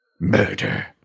Murder